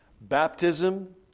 Baptism